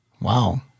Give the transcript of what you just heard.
Wow